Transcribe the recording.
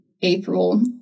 April